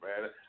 man